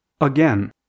Again